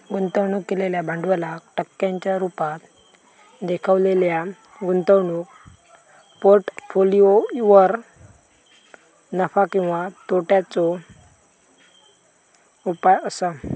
गुंतवणूक केलेल्या भांडवलाक टक्क्यांच्या रुपात देखवलेल्या गुंतवणूक पोर्ट्फोलियोवर नफा किंवा तोट्याचो उपाय असा